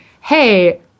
hey